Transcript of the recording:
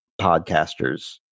podcasters